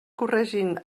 corregint